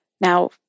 Now